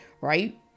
right